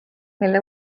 mille